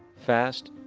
fast,